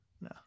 No